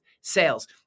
sales